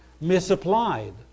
misapplied